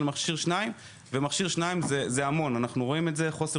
מכשיר-שניים זה המון: אנחנו רואים כמה חוסר